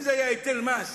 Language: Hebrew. אם זה היה היטל מס